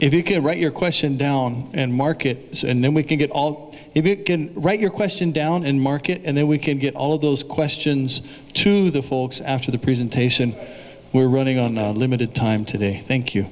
if you can write your question down and market and then we can get all if you can write your question down in market and then we can get all of those questions to the folks after the presentation we're running on a limited time today thank you